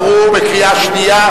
סעיף 31,